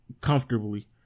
comfortably